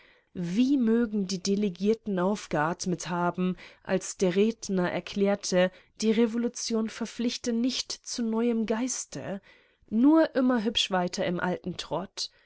wie mögen die delegierten aufgeatmet haben als der redner erklärte die revolution verpflichte nicht zu neuem geiste nur immer hübsch weiter im alten trott